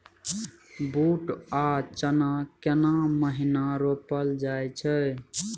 बूट आ चना केना महिना रोपल जाय छै?